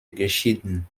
geschieden